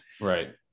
right